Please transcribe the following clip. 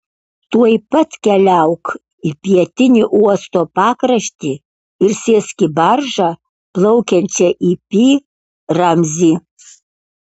tuoj pat keliauk į pietinį uosto pakraštį ir sėsk į baržą plaukiančią į pi ramzį